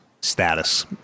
Status